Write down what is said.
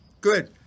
Good